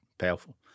powerful